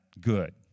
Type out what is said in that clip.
good